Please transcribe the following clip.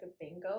bingo